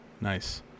Nice